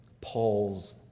Paul's